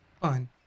Fine